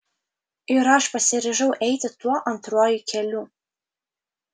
ir aš pasiryžau eiti tuo antruoju keliu